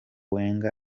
wenger